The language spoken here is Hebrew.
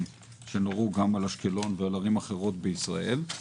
שנורו גם על אשקלון ועל ערים אחרות בישראל.